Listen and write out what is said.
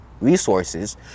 resources